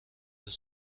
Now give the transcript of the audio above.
روز